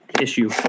issue